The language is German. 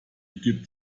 gibt